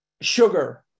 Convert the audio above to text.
sugar